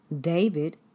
David